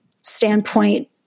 standpoint